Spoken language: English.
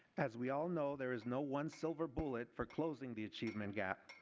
as we all know, there is no one silver bullet for closing the achievement gap.